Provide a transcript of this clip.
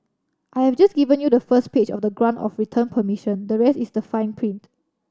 I have just given you the first page of the grant of return permission the rest is the fine print